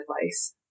advice